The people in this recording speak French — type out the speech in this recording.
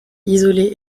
isolés